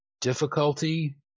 difficulty